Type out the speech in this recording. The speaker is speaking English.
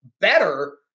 better